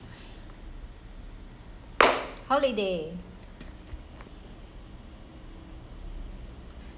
holiday